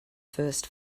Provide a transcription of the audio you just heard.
first